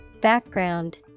background